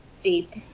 deep